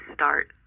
start